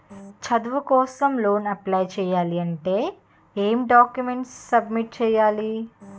చదువు కోసం loan apply చేయాలి అంటే ఎం డాక్యుమెంట్స్ సబ్మిట్ చేయాలి?